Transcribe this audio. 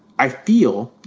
i feel,